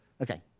Okay